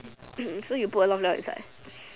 so you put a lot of 料 inside